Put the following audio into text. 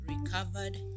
recovered